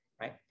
right